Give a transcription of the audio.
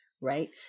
right